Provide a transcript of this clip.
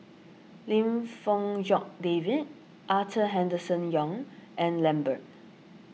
Lim Fong Jock David Arthur Henderson Young and Lambert